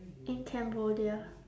in cambodia